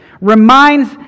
reminds